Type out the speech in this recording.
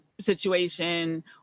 situation